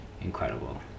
incredible